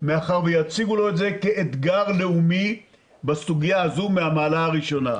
מאחר שיציגו לו את זה כאתגר לאומי בסוגיה הזו מהמעלה הראשונה.